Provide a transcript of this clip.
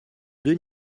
deux